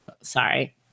Sorry